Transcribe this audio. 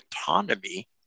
autonomy